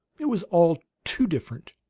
it was all too different.